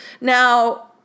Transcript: Now